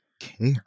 care